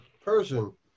person